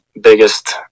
biggest